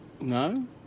No